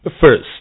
First